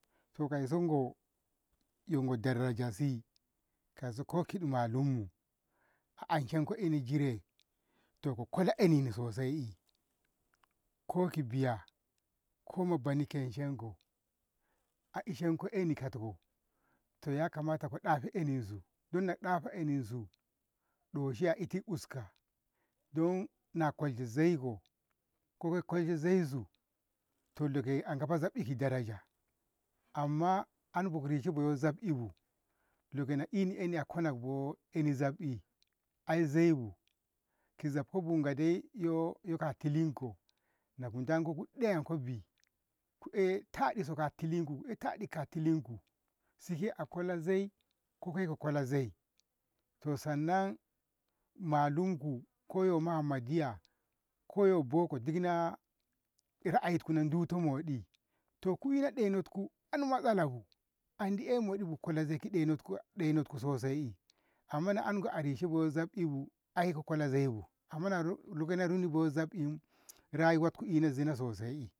to kauson go yo mudaranjasi kauso kid manummu a anshenko eni jire to ko kola enini sosai eni ko ki biya ko mabani keshonko a ishenko eni katko to yakamta ko ɗa'afa eninsu dan na ɗa'afa eninsu doshi atit uska don na kolshe zaiko koiko kolshe zaisu to lego a gafa zabbi ki daraja amma anbukraji bo zabbi bu leko eni 'yani akwana go eni zabbi ai zaibu ki zabko bunga dai yo atinko naku ndanko ku ɗayatku bii ku e' taɗi soka tilinku ku ey taɗi ka tilinku siko a kwala zai koike ko kola zai to sannan manumku koyo muhammadiya koyo boko dik ra'ayinku na ditko moɗi to ku ina rayuwatku an matsalabu andi ey moɗibu ku kola zai ɗenotku sosai amma ango a dishe bo zabbibu ai ko kola zaibu naruko zabbi rayuwatku ena zina sosai